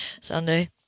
Sunday